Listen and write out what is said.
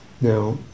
Now